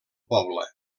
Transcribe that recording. poble